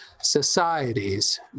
societies